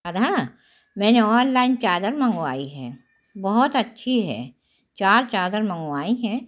राधा मैंने ऑनलाइन चादर मंगवाई है बहुत अच्छी है चार चादरें मंगवाईं हैं